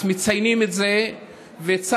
מציינים את זה כאן, בארץ.